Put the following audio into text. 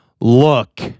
Look